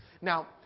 Now